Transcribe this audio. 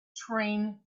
train